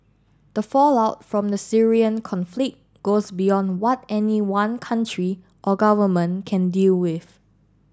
the fallout from the Syrian conflict goes beyond what any one country or government can deal with